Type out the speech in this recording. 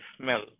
smell